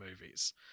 movies